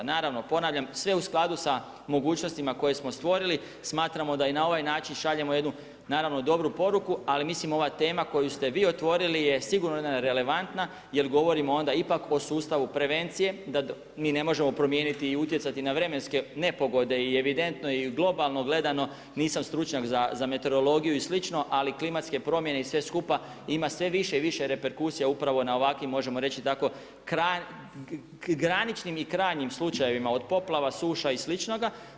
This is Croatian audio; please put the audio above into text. Naravno ponavljam, sve u skladu sa mogućnostima koje smo stvorili, smatramo da i na ovaj način šaljemo jednu naravno dobru poruku, ali mislim ova tema koju ste vi otvorili je sigurno jedna relevantna, jer govorimo onda ipak o sustavu prevencije, da mi ne možemo promijeniti i utjecati na vremenske nepogode i evidentno je i globalno gledano, nisam stručnjak za meteorologiju i slično, ali klimatske promjene i sve skupa ima sve više i više reperkusija upravo na ovakvim, možemo reći tako, graničnim i krajnjim slučajevima, od poplave, suša i sličnoga.